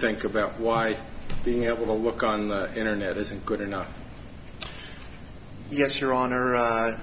think about why being able to look on the internet isn't good enough yes your honor